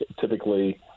typically